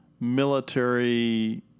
military